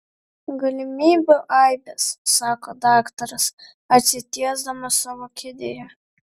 galimybių aibės sako daktaras atsitiesdamas savo kėdėje